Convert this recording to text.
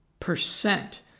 Percent